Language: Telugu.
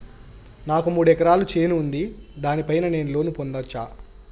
నాకు మూడు ఎకరాలు చేను ఉంది, దాని పైన నేను లోను పొందొచ్చా?